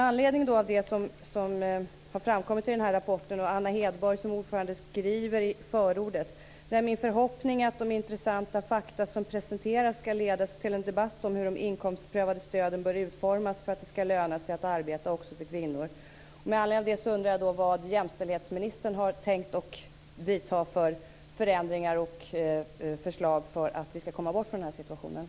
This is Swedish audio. Anna Hedborg skriver i förordet i rapporten: Det är min förhoppning att de intressanta fakta som presenteras kan leda till en debatt om hur de inkomstprövade stöden bör utformas för att det skall löna sig att arbeta också för kvinnor.